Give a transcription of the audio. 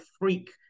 freak